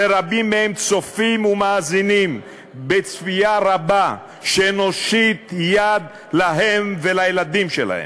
ורבים מהם צופים ומאזינים בציפייה רבה שנושיט יד להם ולילדים שלהם.